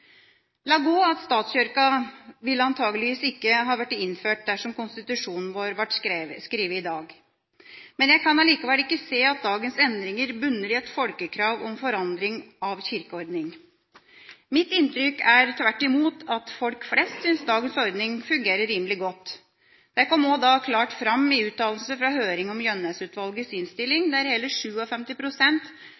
La gå at statskirka antakelig ikke ville ha blitt innført dersom konstitusjonen vår ble skrevet i dag, men jeg kan likevel ikke se at dagens endringer bunner i et folkekrav om forandring av kirkeordning. Mitt inntrykk er tvert imot at folk flest synes dagens ordning fungerer rimelig godt. Det kom da også klart fram i uttalelsene fra høringen om Gjønnes-utvalgets innstilling,